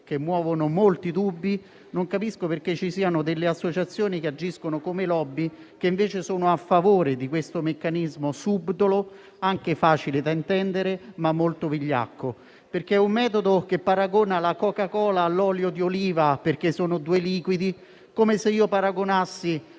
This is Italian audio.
che muovono molti dubbi, non capisco perché ci siano associazioni che agiscono come *lobby* che invece sono a favore di questo meccanismo subdolo, anche facile da intendere, ma molto vigliacco. È un metodo che paragona la coca cola all'olio di oliva perché sono due liquidi: come se paragonassi